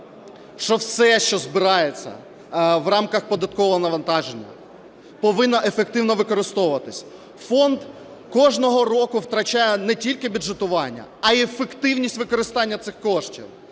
що все, що збирається в рамках податкового навантаження, повинно ефективно використовуватися. Фонд кожного року втрачає не тільки бюджетування, а і ефективність використання цих коштів.